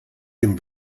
dem